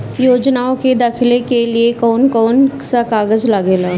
योजनाओ के दाखिले के लिए कौउन कौउन सा कागज लगेला?